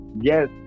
Yes